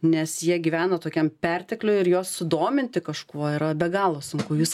nes jie gyvena tokiam pertekliui ir juos sudominti kažkuo yra be galo sunku jūs